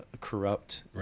corrupt